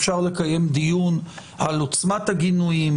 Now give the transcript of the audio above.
אפשר לקיים דיון על עוצמת הגינויים,